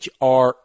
HR